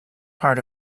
part